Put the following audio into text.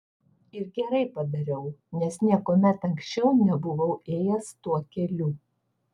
ir gerai padariau nes niekuomet anksčiau nebuvau ėjęs tuo keliu